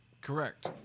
Correct